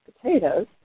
potatoes